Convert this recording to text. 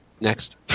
Next